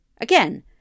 Again